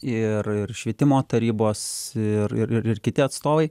ir ir švietimo tarybos ir ir ir kiti atstovai